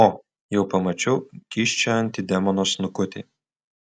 o jau pamačiau kyščiojantį demono snukutį